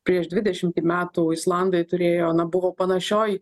prieš dvidešimtį metų islandai turėjo na buvo panašioj